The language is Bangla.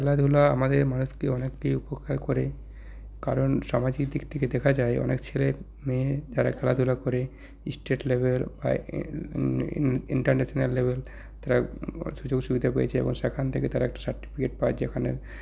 খেলাধুলা আমাদের মানুষকে অনেককেই উপকার করে কারণ সামাজিক দিক থেকে দেখা যায় অনেক ছেলেমেয়ে যারা খেলাধুলা করে ইস্টেট লেভেল ইন্টারন্যাশনাল লেভেল তারা সুযোগ সুবিধা পেয়েছে এবং সেখান থেকে তারা একটা সার্টিফিকেট পায় যেখানে